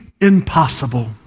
impossible